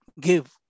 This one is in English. give